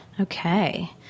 Okay